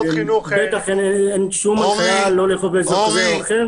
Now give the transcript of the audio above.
בטח אין שום הנחיה לא לאכוף באזור כזה או אחר.